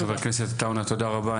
חבר הכנסת עטאונה, תודה רבה.